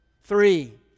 Three